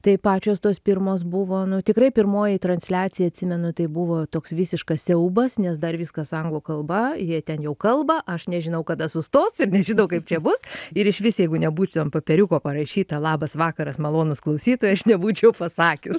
tai pačios tos pirmos buvo nu tikrai pirmoji transliacija atsimenu tai buvo toks visiškas siaubas nes dar viskas anglų kalba jie ten jau kalba aš nežinau kada sustos ir nežinau kaip čia bus ir išvis jeigu nebūč ant popieriuko parašyta labas vakaras malonūs klausytojai aš nebūčiau pasakius